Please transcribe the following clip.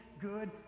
good